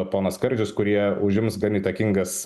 ponas skardžius kurie užims gan įtakingas